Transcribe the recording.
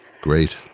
Great